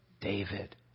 David